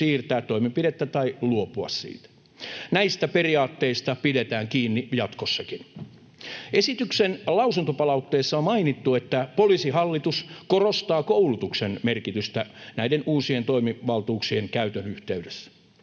siirtää toimenpi-dettä tai luopua siitä. Näistä periaatteista pidetään kiinni jatkossakin. Esityksen lausuntopalautteessa on mainittu, että Poliisihallitus korostaa koulutuksen merkitystä näiden uusien toimivaltuuksien käytön yhteydessä.